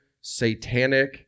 satanic